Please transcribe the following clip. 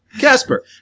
Casper